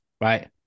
Right